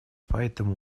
поэтому